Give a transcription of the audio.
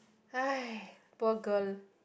poor girl